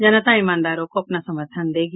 जनता ईमानदारों को अपना समर्थन देगी